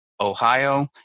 Ohio